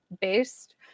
based